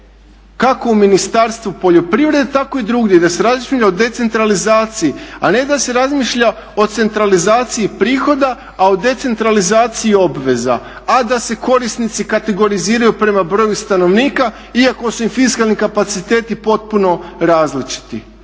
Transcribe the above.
kako u Ministarstvu poljoprivrede, tako i drugdje da se razmišlja o decentralizaciji a ne da se razmišlja o centralizaciji prihoda a o decentralizaciji obveza a da se korisnici kategoriziraju prema broju stanovnika iako su im fiskalni kapaciteti potpuno različiti.